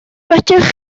fedrwch